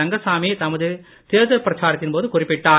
ரங்கசாமி தமது தேர்தல் பிரச்சாரத்தின் போது குறிப்பிட்டார்